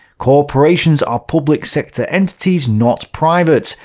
corporations are public-sector entities, not private.